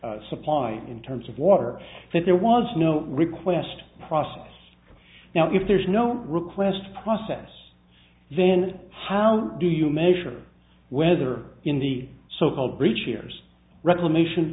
supply in terms of water that there was no request process now if there's no request process then how do you measure whether in the so called breach years reclamation